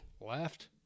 Left